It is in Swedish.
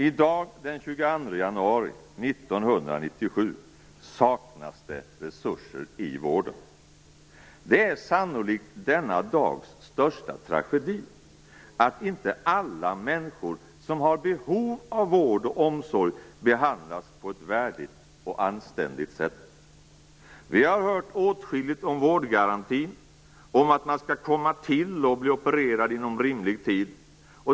I dag den 22 januari 1997, saknas det resurser i vården. Det är sannolikt denna dags största tragedi att inte alla människor som har behov av vård och omsorg behandlas på ett värdigt och anständigt sätt. Vi har hört åtskilligt om vårdgarantin, om att man skall komma till och bli opererad inom rimlig tid.